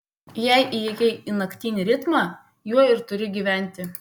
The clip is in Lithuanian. jei įėjai į naktinį ritmą juo ir turi gyventi